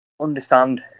understand